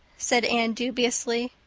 said anne dubiously.